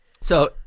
So-